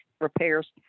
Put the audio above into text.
repairs